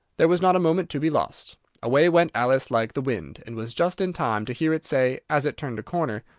there was not a moment to be lost away went alice like the wind, and was just in time to hear it say, as it turned a corner,